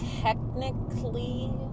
technically